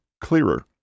clearer